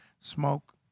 smoke